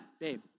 babe